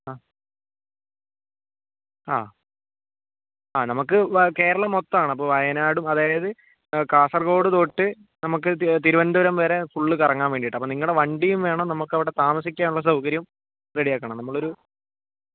ആ ആ ആ നമുക്ക് കേരളം മൊത്തമാണ് അപ്പോൾ വയനാടും അതായത് കാസർഗോഡ് തൊട്ട് നമുക്ക് തിരുവനന്തപുരം വരെ ഫുള്ള് കറങ്ങാൻ വേണ്ടിയിട്ടാണ് അപ്പോൾ നിങ്ങളുടെ വണ്ടിയും വേണം നമുക്ക് അവിടെ താമസിക്കാനുള്ള സൗകര്യം റെഡി ആക്കണം നമ്മളൊരു